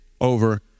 over